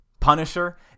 Punisher